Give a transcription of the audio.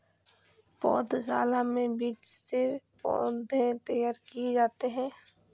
पौधशाला में बीज से पौधे तैयार किए जाते हैं